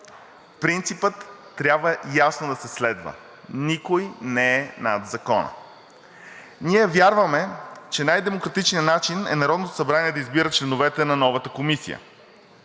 Принципът трябва ясно да се следва – никой не е над закона. Ние вярваме, че най-демократичният начин е Народното събрание да избира членовете на новата комисия.